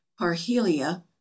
parhelia